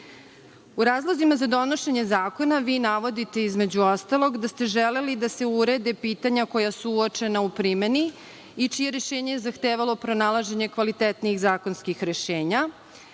U razlozima za donošenje zakona vi navodite, između ostalog, da ste želeli da se urede pitanja koja su uočena u primeni i čije rešenje je zahtevalo pronalaženje kvalitetnijih zakonskih rešenja.